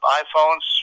iPhones